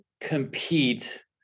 compete